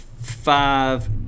five